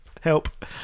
help